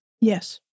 Yes